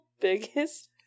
biggest